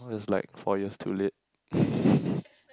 oh is like four years too late